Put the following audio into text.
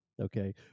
Okay